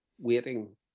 waiting